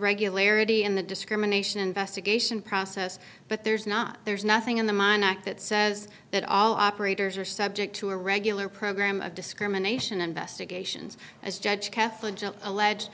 regularity in the discrimination investigation process but there's not there's nothing in the mine act that says that all operators are subject to a regular program of discrimination investigations as judge kaplan allege